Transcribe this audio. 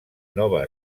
nova